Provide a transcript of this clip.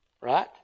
right